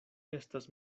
estas